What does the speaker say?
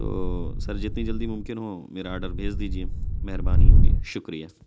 تو سر جتنی جلدی ممکن ہو میرا آرڈر بھیج دیجیے مہربانی ہوگی شکریہ